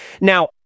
Now